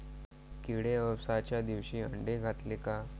किडे अवसच्या दिवशी आंडे घालते का?